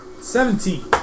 Seventeen